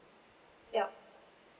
yup